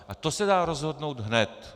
A to se dá rozhodnout hned.